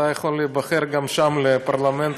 אתה יכול להיבחר גם שם לפרלמנט,